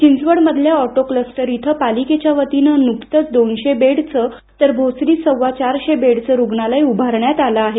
चिंचवड मधल्या auto cluster इथे पालिकेच्या वतीने न्कतच दोनशे बेडचे तर भोसरीत सव्वा चारशे बेडचे रुग्णालय उभारण्यात आले आहेत